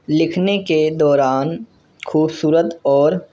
لکھنے کے دوران خوبصورت اور